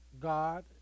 God